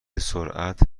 سرعت